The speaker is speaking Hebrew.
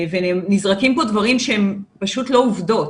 ונזרקים פה דברים שהם פשוט לא עובדות,